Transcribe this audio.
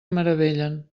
meravellen